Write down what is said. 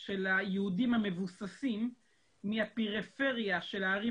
של היהודים המבוססים מהפריפריה של הערים